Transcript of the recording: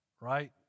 right